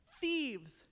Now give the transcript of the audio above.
thieves